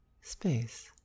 space